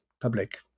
public